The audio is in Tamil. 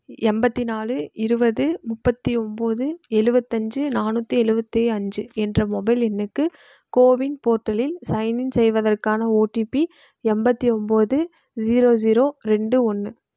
எண்பத்தி நாலு இருபது முப்பத்து ஒம்பது எழுவத்தஞ்சி நானூற்றி எழுவத்தி அஞ்சு என்ற மொபைல் எண்ணுக்கு கோவின் போர்ட்டலில் சைன்இன் செய்வதற்கான ஓடிபி எண்பத்தி ஒம்பது ஜீரோ ஜீரோ ரெண்டு ஒன்று